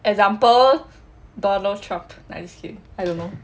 example donald trump let you speak I don't know